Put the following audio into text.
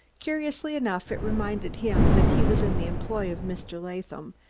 curiously enough it reminded him that he was in the employ of mr. latham,